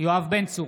יואב בן צור,